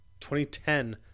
2010